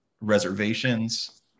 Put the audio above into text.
reservations